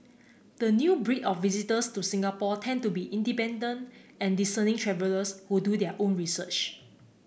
the new breed of visitors to Singapore tend to be independent and discerning travellers who do their own research